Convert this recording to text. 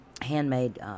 handmade